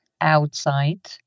outside